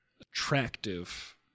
attractive